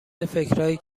فکرایی